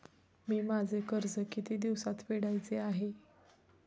मी माझे कर्ज किती दिवसांत फेडायचे आहे?